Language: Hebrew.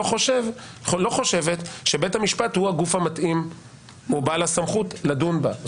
חושבת שבית המשפט הוא הגוף המתאים ובעל הסמכות לדון בה.